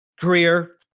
career